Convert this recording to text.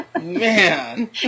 Man